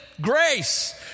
grace